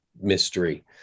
mystery